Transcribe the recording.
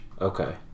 Okay